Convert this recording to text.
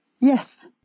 yes